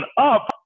up